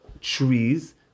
trees